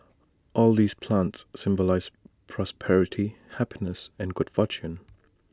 all these plants symbolise prosperity happiness and good fortune